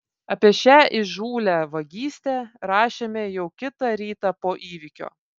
apie šią įžūlią vagystę rašėme jau kitą rytą po įvykio